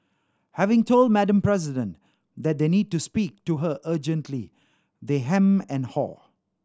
having told Madam President that they need to speak to her urgently they hem and haw